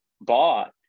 bought